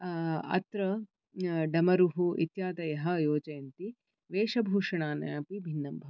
अत्र डमरुः इत्यादयः योजयन्ति वेषभूषणानि अपि भिन्नं भवति